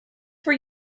for